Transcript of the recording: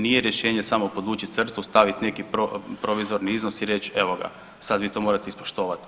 Nije rješenje samo podvući crtu, staviti neki provizorni iznos i reći evo ga, sad vi to morate ispoštovati.